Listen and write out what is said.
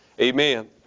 Amen